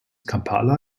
kampala